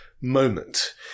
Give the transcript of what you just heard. moment